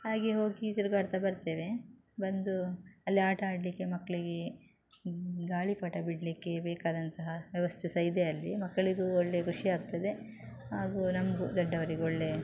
ಹಾಗೆ ಹೋಗಿ ತಿರುಗಾಡ್ತಾ ಬರ್ತೇವೆ ಬಂದು ಅಲ್ಲಿ ಆಟ ಆಡಲಿಕ್ಕೆ ಮಕ್ಕಳಿಗೆ ಗಾಳಿಪಟ ಬಿಡಲಿಕ್ಕೆ ಬೇಕಾದಂತಹ ವ್ಯವಸ್ಥೆ ಸಹ ಇದೆ ಅಲ್ಲಿ ಮಕ್ಕಳಿಗೂ ಒಳ್ಳೆ ಖುಷಿಯಾಗ್ತದೆ ಹಾಗೂ ನಮಗೂ ದೊಡ್ಡವರಿಗೂ ಒಳ್ಳೆ